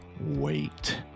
wait